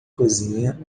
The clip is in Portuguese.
cozinha